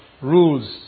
rules